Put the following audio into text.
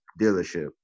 dealership